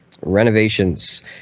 renovations